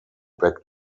back